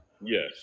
Yes